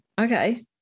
Okay